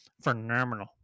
Phenomenal